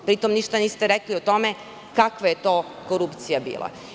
Pritom ništa niste rekli o tome kakva je to korupcija bila.